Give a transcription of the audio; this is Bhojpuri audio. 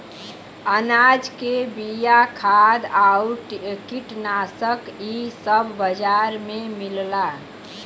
अनाज के बिया, खाद आउर कीटनाशक इ सब बाजार में मिलला